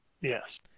Yes